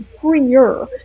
freer